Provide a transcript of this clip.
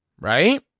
Right